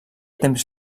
temps